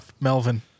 Melvin